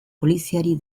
poliziari